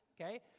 okay